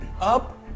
up